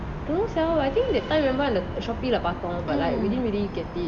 don't know sia I think that time I remember the shoppee lah பாத்தோம்:paathom we didn't really get it